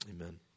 amen